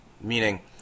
Meaning